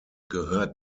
gehört